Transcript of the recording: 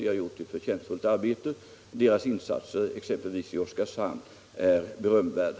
De har gjort ett förtjänstfullt arbete. Deras insatser i exempelvis Oskarshamn är berömvärda.